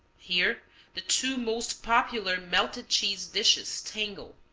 here the two most popular melted-cheese dishes tangle,